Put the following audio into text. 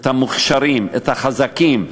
את המוכשרים, את החזקים.